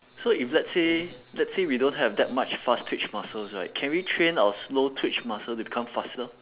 so if let's say let's say we don't have that much fast twitch muscles right can we train our slow twitch muscle to become faster